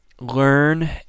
Learn